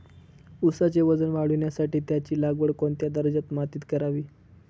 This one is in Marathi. ऊसाचे वजन वाढवण्यासाठी त्याची लागवड कोणत्या दर्जाच्या मातीत करावी?